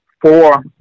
four